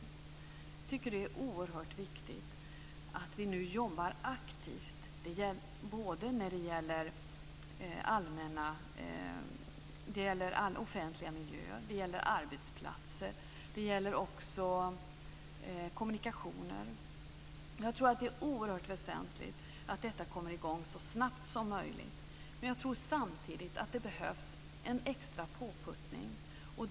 Jag tycker att det är oerhört viktigt att vi nu jobbar aktivt både när det gäller offentliga miljöer och när det gäller arbetsplatser och kommunikationer. Jag tror att det är oerhört väsentligt att detta kommer i gång så snabbt som möjligt, men jag tror samtidigt att det behövs en extra påputtning.